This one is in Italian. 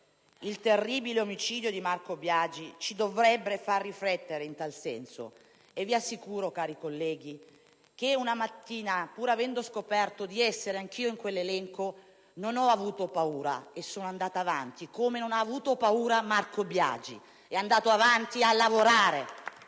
Il terribile omicidio di Marco Biagi ci dovrebbe far riflettere in tal senso e vi assicuro, cari colleghi, che una mattina, pur avendo scoperto di essere anch'io in quell'elenco, non ho avuto paura e sono andata avanti. Anche Marco Biagi non ha avuto paura ed è andato avanti a lavorare.